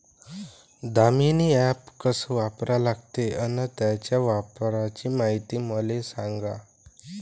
Damini app कस वापरा लागते? अन त्याच्या वापराची मायती मले सांगा